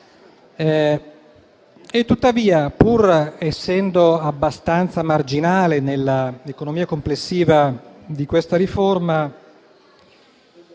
Tuttavia, pur essendo abbastanza marginale nell'economia complessiva di questa riforma,